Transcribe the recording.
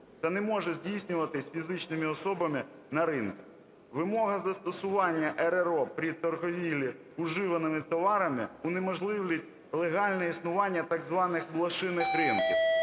та не може здійснюватись фізичними особами на ринку. Вимога застосування РРО при торгівлі вживаними товарами унеможливить легальне існування так званих "блошиних" ринків.